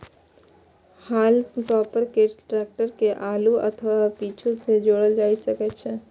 हाल्म टॉपर कें टैक्टर के आगू अथवा पीछू सं जोड़ल जा सकै छै